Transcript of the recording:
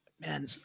Man